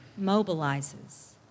mobilizes